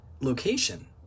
location